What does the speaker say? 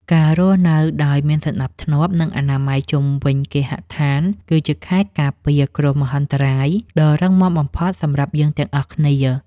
ការរស់នៅដោយមានសណ្តាប់ធ្នាប់ និងអនាម័យជុំវិញគេហដ្ឋាន គឺជាខែលការពារគ្រោះមហន្តរាយដ៏រឹងមាំបំផុតសម្រាប់យើងទាំងអស់គ្នា។